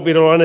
tä